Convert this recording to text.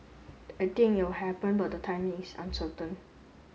I think it will happen but the timing is uncertain